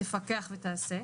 תפקח ותעשה,